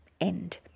end